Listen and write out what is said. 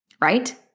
right